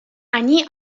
они